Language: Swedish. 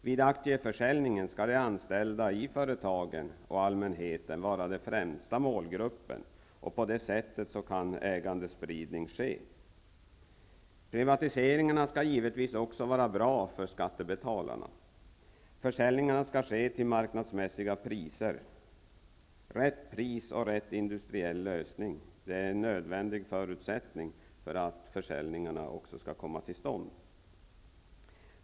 Vid aktieförsäljningen skall de anställda i företagen och allmänheten vara de främsta målgrupperna. På det sättet kan ägandespridning ske. Privatiseringarna skall givetvis också vara bra för skattebetalarna. Försäljningarna skall ske till marknadsmässiga priser. Rätt pris och rätt industriell lösning är nödvändiga förutsättningar för att försäljningen skall komma till stånd.